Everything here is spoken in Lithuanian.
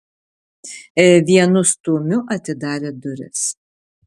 vienu stūmiu atidarė duris